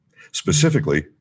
specifically